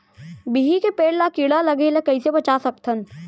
बिही के पेड़ ला कीड़ा लगे ले कइसे बचा सकथन?